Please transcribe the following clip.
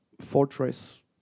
fortress